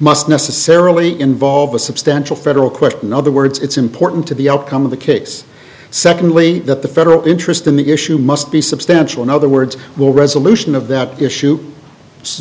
must necessarily involve a substantial federal question other words it's important to the outcome of the case secondly that the federal interest in the issue must be substantial in other words the resolution of that issue